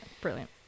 Brilliant